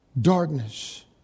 darkness